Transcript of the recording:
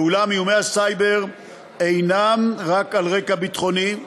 ואולם, איומי הסייבר אינם רק על רקע ביטחוני.